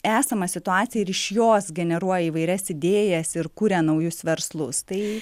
esamą situaciją ir iš jos generuoja įvairias idėjas ir kuria naujus verslus tai